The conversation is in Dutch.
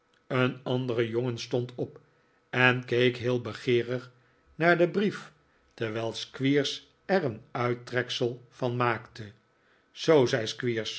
een andere jongen stond op en keek heel begeerig naar den brief terwijl squeers er een uittreksel van maakte zoo zei